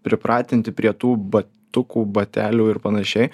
pripratinti prie tų batukų batelių ir panašiai